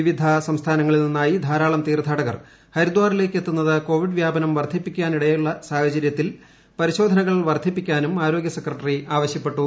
വിവിധ സംസ്ഥാനങ്ങളിൽ നിന്നായി ധാരാളം ഹരിദ്വാറിലേക്ക് എത്തുന്നത് കോവിഡ് വ്യാപനം തീർത്ഥാടകർ വർദ്ധിപ്പിക്കാൻ ഇടയുള്ള സാഹചര്യത്തിൽ പരിശോധനകൾ വർദ്ധിപ്പിക്കാനും ആരോഗ്യ സെക്രട്ടറി ആവശ്യപ്പെട്ടു